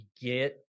get